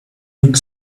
look